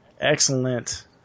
Excellent